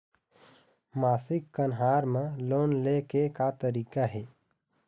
मासिक कन्हार म लोन ले के का तरीका हे?